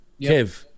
Kev